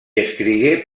escrigué